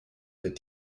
that